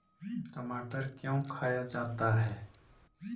टमाटर क्यों खाया जाता है?